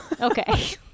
Okay